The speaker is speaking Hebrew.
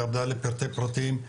היא ירדה לפרטי פרטים,